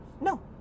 No